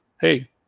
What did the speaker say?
hey